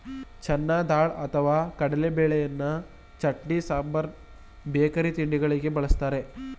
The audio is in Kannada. ಚೆನ್ನ ದಾಲ್ ಅಥವಾ ಕಡಲೆಬೇಳೆಯನ್ನು ಚಟ್ನಿ, ಸಾಂಬಾರ್ ಬೇಕರಿ ತಿಂಡಿಗಳಿಗೆ ಬಳ್ಸತ್ತರೆ